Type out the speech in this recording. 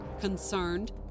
Concerned